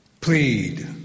plead